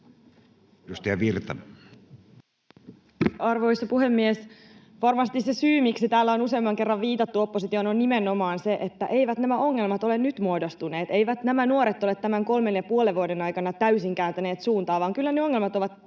Edustaja Virta. Arvoisa puhemies! Varmasti se syy, miksi täällä on useamman kerran viitattu oppositioon, on nimenomaan se, että eivät nämä ongelmat ole nyt muodostuneet. Eivät nämä nuoret ole tämän kolmen ja puolen vuoden aikana täysin kääntäneet suuntaa, vaan kyllä ne ongelmat ovat